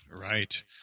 Right